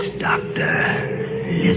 Doctor